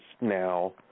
now